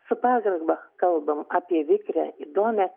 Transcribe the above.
su pagarba kalbam apie vikrią įdomią